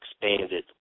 expanded